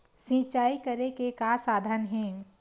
सिंचाई करे के का साधन हे?